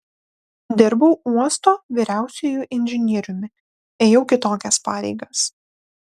dirbau uosto vyriausiuoju inžinieriumi ėjau kitokias pareigas